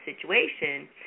situation